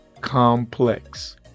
complex